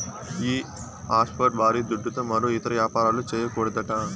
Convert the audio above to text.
ఈ ఆఫ్షోర్ బారీ దుడ్డుతో మరో ఇతర యాపారాలు, చేయకూడదట